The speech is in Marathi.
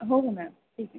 हो ना मॅम ठीक आहे